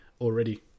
already